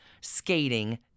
skating